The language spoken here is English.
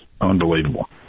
Unbelievable